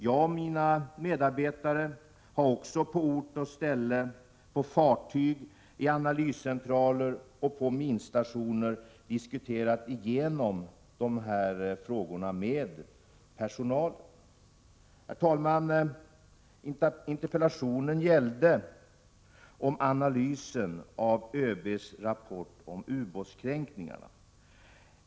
Jag och mina medarbetare har också på ort och ställe på fartyg, i analyscentraler och på minstationer diskuterat igenom dessa frågor med personalen. Herr talman! Interpellationen gällde analysen av ÖB:s rapport om ubåtskränkningarna.